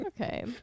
Okay